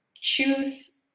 choose